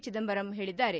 ಚಿದಂಬರಂ ಹೇಳಿದ್ದಾರೆ